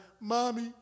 mommy